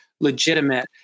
legitimate